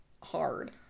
hard